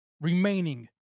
remaining